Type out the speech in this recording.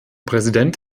präsident